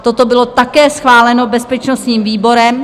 Toto bylo také schváleno bezpečnostním výborem.